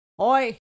Oi